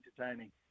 entertaining